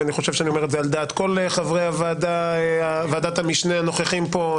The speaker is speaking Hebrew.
ואני חושב שאני אומר את זה על דעת כל חברי ועדת המשנה הנוכחים פה,